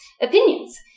opinions